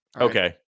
Okay